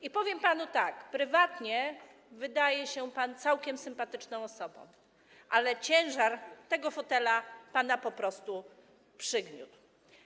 I powiem panu tak: prywatnie wydaje się pan całkiem sympatyczną osobą, ale ciężar tego fotela pana po prostu przygniótł.